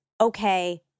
okay